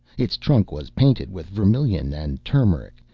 its trunk was painted with vermilion and turmeric,